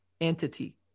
entity